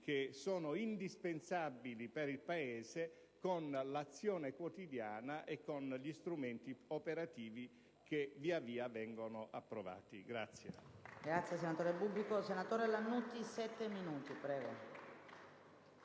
che sono indispensabili per il Paese con l'azione quotidiana e con gli strumenti operativi che via via vengono approvati.